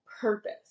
purpose